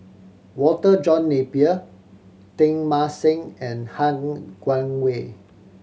Walter John Napier Teng Mah Seng and Han Guangwei